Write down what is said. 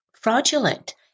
fraudulent